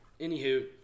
anywho